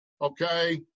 Okay